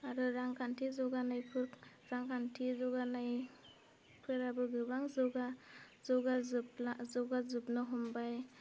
आरो रांखान्थि जौगानायफोर रांखान्थि जौगानायफोराबो गोबां जौगा जौगा जोबला जौगाजोबनो हमबाय